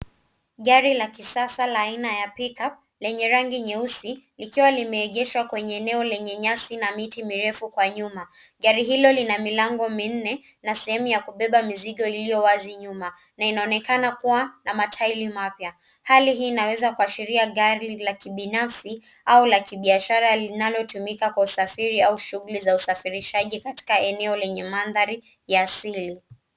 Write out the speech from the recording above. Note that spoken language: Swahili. Gari la kisasa la aina ya Pickup lenye rangi nyeusi ikiwa limeegeshwa kwenye eneo lenye nyasi na miti mirefu kwa nyuma. Gari hilo lina milango minne na sehemu ya kubeba mizigo iliyo wazi nyuma na inaonekana kuwa na matairi mapya. Hali hii inaweza kuashiria gari la kibinafsi au la kibiashara linalotumika kwa usafiri au shughuli za usafirishaji katika eneo lenye mandhari ya asili.